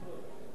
איפה הוא?